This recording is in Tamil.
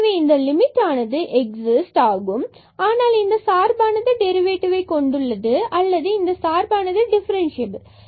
எனவே இந்த லிமிட் ஆனது எக்ஸிஸ்ட் ஆனால் இந்த சார்பானது டெரிவேடிவ் கொண்டுள்ளது அல்லது இந்த சார்பானது டிஃபரன்ஸ்சியபில்